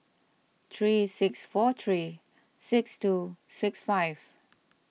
three six four three six two six five